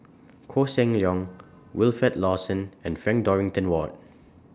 Koh Seng Leong Wilfed Lawson and Frank Dorrington Ward